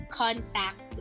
contact